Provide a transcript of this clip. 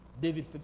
David